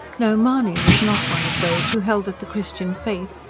no, mahony was not one of those who held that the christian faith,